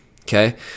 okay